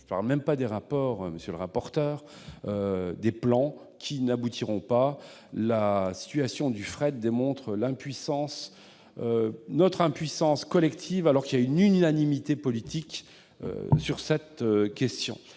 je ne parle même pas des rapports, monsieur le rapporteur. La situation du fret démontre notre impuissance collective, alors qu'il y a unanimité politique sur cette question.